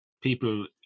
people